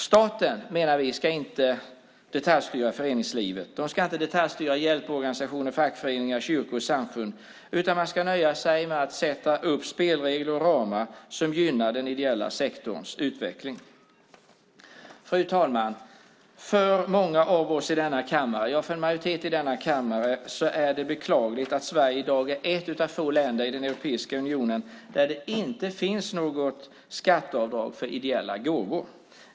Vi menar att staten inte ska detaljstyra föreningslivet. Den ska inte detaljstyra hjälporganisationer, fackföreningar, kyrkor och samfund. Staten ska nöja sig med att sätta upp spelregler och ramar som gynnar den ideella sektorns utveckling. Fru talman! För många av oss - en majoritet - i denna kammare är det beklagligt att Sverige i dag är ett av få länder i den europeiska unionen där det inte finns något skatteavdrag för ideella gåvor.